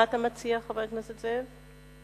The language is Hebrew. מה אתה מציע, חבר הכנסת זאב?